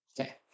Okay